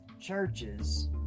churches